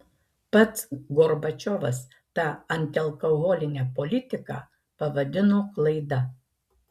pats gorbačiovas tą antialkoholinę politiką pavadino klaida